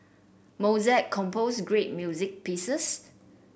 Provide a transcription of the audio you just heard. Mozart composed great music pieces